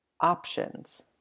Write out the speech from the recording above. options